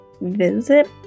visit